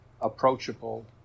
approachable